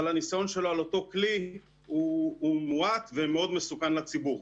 אבל הניסיון שלו על אותו כלי הוא מועט ומאוד מסוכן לציבור.